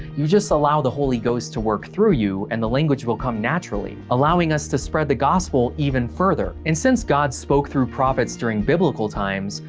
you just allow the holy ghost to work through you and the language will come naturally. allowing us to spread the gospel even further. and since god spoke through prophets during biblical times,